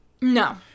No